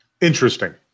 Interesting